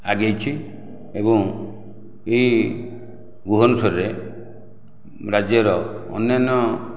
ଆଗେଇଛି ଏବଂ ଏଇ ଭୁବନେଶ୍ଵରରେ ରାଜ୍ୟର ଅନ୍ୟାନ୍ୟ